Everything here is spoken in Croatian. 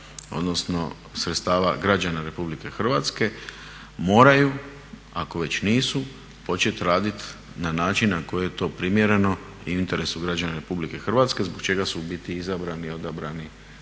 odnosno sredstava građana RH moraju ako već nisu početi raditi na način na koji je to primjereno i u interesu građana RH. Zbog čega su u biti izabrani i odabrani